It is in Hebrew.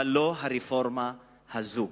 אבל לא הרפורמה הזאת,